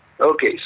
Okay